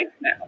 now